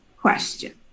question